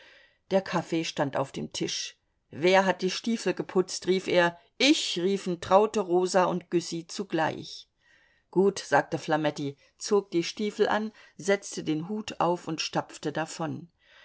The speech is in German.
der kaffee stand auf dem tisch wer hat die stiefel geputzt rief er ich riefen traute rosa und güssy zugleich gut sagte flametti zog die stiefel an setzte den hut auf und stapfte davon